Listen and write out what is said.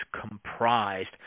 comprised